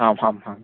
आम् हां हां